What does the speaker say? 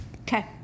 Okay